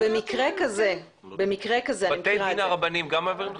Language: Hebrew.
במקרה כזה --- בתי הדין הרבניים גם מעבירים לכם?